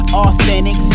authentic